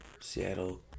Seattle